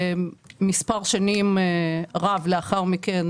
מספר שנים רב לאחר מכן,